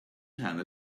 time